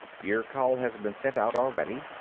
your call has been sent out already.